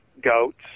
goats